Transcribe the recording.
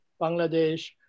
Bangladesh